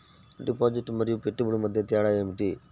Deposit మరియు పెట్టుబడి మధ్య తేడా ఏమిటి?